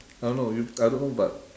I don't know you I don't know but